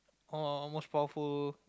most powerful